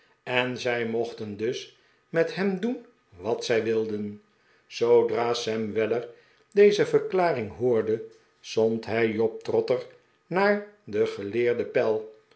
en zij mochten dus met hem doen wat zij wild'en zoodra sam weller deze verklaring hoorde zond hij job trotter naar den geleerden pell